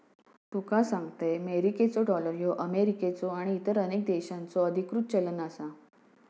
तुका सांगतंय, मेरिकेचो डॉलर ह्यो अमेरिकेचो आणि इतर अनेक देशांचो अधिकृत चलन आसा